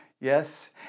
yes